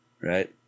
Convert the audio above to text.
right